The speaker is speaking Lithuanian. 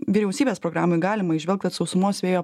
vyriausybės programoj galima įžvelgt kad sausumos vėjo